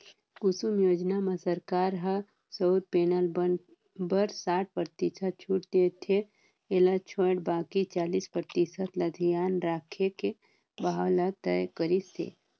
कुसुम योजना म सरकार ह सउर पेनल बर साठ परतिसत छूट देथे एला छोयड़ बाकि चालीस परतिसत ल धियान राखके भाव ल तय करिस हे